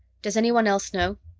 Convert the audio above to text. does anyone else know?